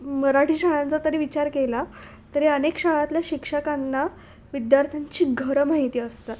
मराठी शाळांचा तरी विचार केला तरी अनेक शाळेतल्या शिक्षकांना विद्यार्थ्यांची घरं माहिती असतात